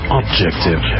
objective